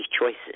choices